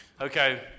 Okay